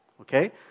okay